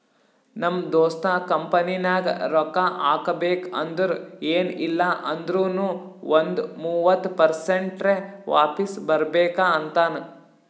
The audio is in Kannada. ನಮ್ ದೋಸ್ತ ಕಂಪನಿನಾಗ್ ರೊಕ್ಕಾ ಹಾಕಬೇಕ್ ಅಂದುರ್ ಎನ್ ಇಲ್ಲ ಅಂದೂರ್ನು ಒಂದ್ ಮೂವತ್ತ ಪರ್ಸೆಂಟ್ರೆ ವಾಪಿಸ್ ಬರ್ಬೇಕ ಅಂತಾನ್